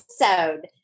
episode